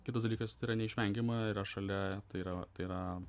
kitas dalykas tai yra neišvengiama yra šalia yra tai yra